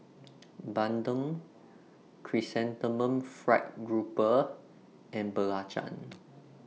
Bandung Chrysanthemum Fried Grouper and Belacan